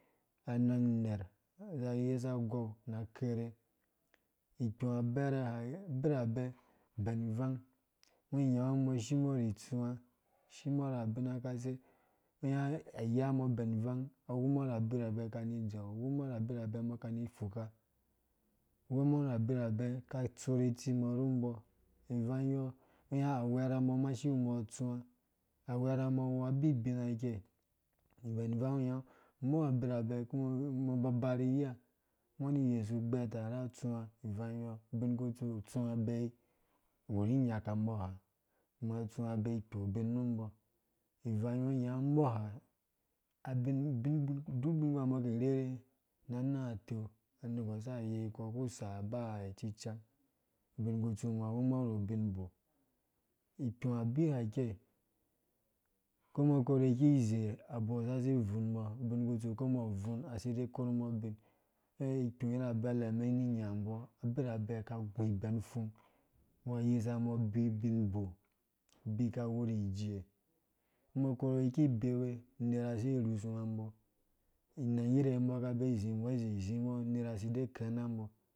Anang nɛr. aza agou na akere kpú abɛrɛ ha birabɛ bɛn ivang ungoinyã shimbɔ ra abina kase, ungo iwya ayambɔ ben ivang, umbɔ awembɔ ra abirabɛ kani idzeu, awumbɔ ra abirabɛ umbɔ kani ifuka, awumbɔ ra abirabɛ umbɔ ka atso ritsimbɔ ru umbɔ ivangyɔ, unyaɔ awerhambɔ awu abiubina ikɛi, bɛn ivang ungo inyaɔ umbɔ abira bɛ kuma, umbɔ ba bari iya, umbɔ ani iyesu ugbeta ra atsù wá ivang yɔɔ, ubinkutsu utsuwa abee iwuri nyaka umbɔ ha, ungɔ utsuwa ubee ikpo ubin ru umbɔ ivanghu ungo unyaɔ umbɔ ha, abin duk ubin kuha umbɔ ki irherhe na anang ateu, anergwar itang, ubunkutsu umbɔ awembɔ ru ubinbɔp ikpu abi ha ike ɛko umbɔ above ikize abɔɔ sasi ibvunmbo ubinkutsu ko umbɔ abuun asi idee koru mbɔ ubin ikpu ira abehe umɛn ni inya umbɔ abirabɛ ka aguibɛn upfung umbɔ ayisa umbɔ bi ubinbo, bika awuri ijee, umbɔ akori ki bewe unera si irusunga umbɔ inang yirye umbɔ aka abee izi umbɔ izizimbɔ unera asi idee rɛma umbɔ